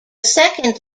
second